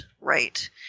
right